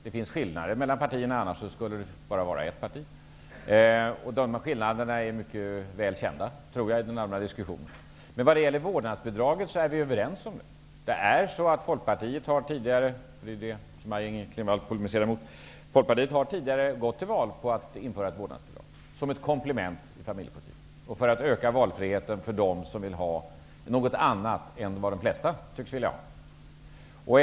Det finns skillnader mellan partierna, annars skulle det bara vara ett parti. Dessa skillnader är mycket väl kända i den allmänna diskussionen. När det gäller vårdnadsbidraget är vi överens. Folkpartiet liberalerna har tidigare gått till val på införandet av ett vårdnadsbidrag -- det är ju det som Maj-Inger Klingvall polemiserar mot -- som ett komplement till familjepolitiken för att öka valfriheten för dem som vill ha något annat än de andra tycks vilja ha.